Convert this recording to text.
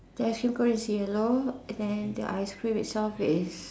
that sugar is yellow then the ice cream itself is